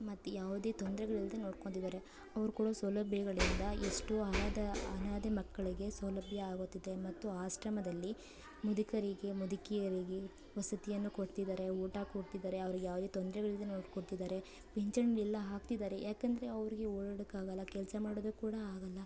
ಮತ್ತು ಯಾವುದೇ ತೊಂದರೆಗಳಿಲ್ದೇ ನೋಡ್ಕೊತಿದಾರೆ ಅವರು ಕೊಡೋ ಸೌಲಭ್ಯಗಳಿಂದ ಎಷ್ಟೋ ಆದ ಅನಾಥ ಮಕ್ಕಳಿಗೆ ಸೌಲಭ್ಯ ಆಗುತ್ತಿದೆ ಮತ್ತು ಆಶ್ರಮದಲ್ಲಿ ಮುದುಕರಿಗೆ ಮುದುಕಿಯರಿಗೆ ವಸತಿಯನ್ನು ಕೊಡ್ತಿದ್ದಾರೆ ಊಟ ಕೊಡ್ತಿದ್ದಾರೆ ಅವ್ರ್ಗೆ ಯಾವುದೇ ತೊಂದರೆಗಳಿಲ್ದೇ ನೋಡ್ಕೊತ್ತಿದ್ದಾರೆ ಪಿಂಚಣಿಯೆಲ್ಲ ಹಾಕ್ತಿದ್ದಾರೆ ಯಾಕಂದರೆ ಅವ್ರಿಗೆ ಓಡಾಡೋಕ್ಕೆ ಆಗೋಲ್ಲ ಕೆಲಸ ಮಾಡೋದಕ್ಕೆ ಕೂಡ ಆಗೋಲ್ಲ